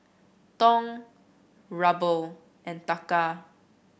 Dong Ruble and Taka